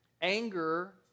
Anger